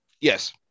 Yes